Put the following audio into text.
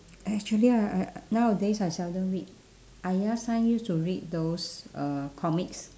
actually I I nowadays I seldom read I last time used to read those uh comics